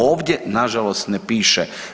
Ovdje nažalost ne piše.